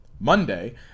Monday